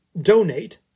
donate